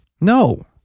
No